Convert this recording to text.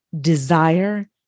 desire